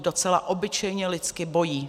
Docela obyčejně lidsky bojí.